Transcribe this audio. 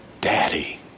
daddy